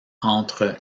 entre